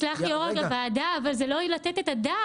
יסלח לי יושב ראש הוועדה אבל זה לא לתת את הדעת.